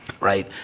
right